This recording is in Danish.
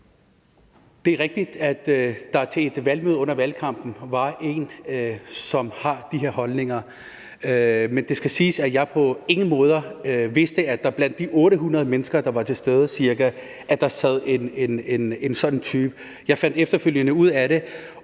Det er rigtigt, at der til et valgmøde under valgkampen var en, som havde de her holdninger, men det skal siges, at jeg på ingen måder vidste, at der blandt de ca. 800 mennesker, der var til stede, sad en sådan type. Jeg fandt efterfølgende ud af det